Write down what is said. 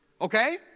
okay